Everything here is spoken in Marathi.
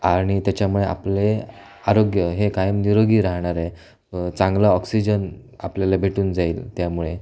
आणि त्याच्यामुळे आपले आरोग्य हे कायम निरोगी राहणार आहे चांगला ऑक्सिजन आपल्याला भेटून जाईल त्यामुळे